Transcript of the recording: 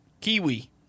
Kiwi